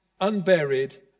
unburied